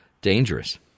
dangerous